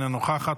אינה נוכחת,